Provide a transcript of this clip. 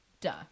Duh